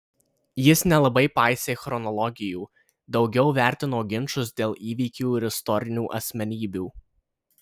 jis nelabai paisė chronologijų daugiau vertino ginčus dėl įvykių ir istorinių asmenybių